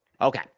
Okay